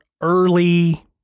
early